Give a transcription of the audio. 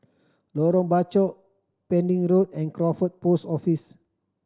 Lorong Bachok Pending Road and Crawford Post Office